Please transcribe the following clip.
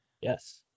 yes